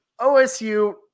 OSU